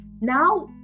now